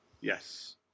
Yes